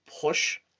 push